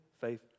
Faith